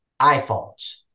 iPhones